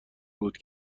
بود